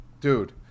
dude